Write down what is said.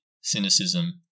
cynicism